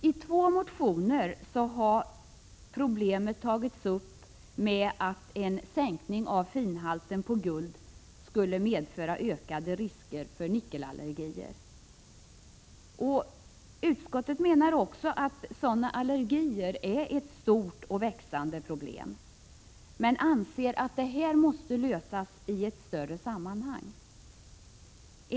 I två motioner har man tagit upp problemet med att en sänkning av finhalten i guld skulle medföra ökade risker för nickelallergier. Utskottet menar också att sådana allergier är ett stort och växande problem men att det problemet måste lösas i ett större sammanhang.